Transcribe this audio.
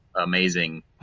amazing